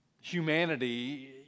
humanity